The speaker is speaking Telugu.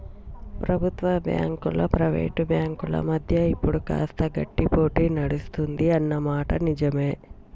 ప్రభుత్వ బ్యాంకులు ప్రైవేట్ బ్యాంకుల మధ్య ఇప్పుడు కాస్త గట్టి పోటీ నడుస్తుంది అన్న మాట నిజవే